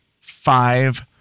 five